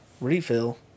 refill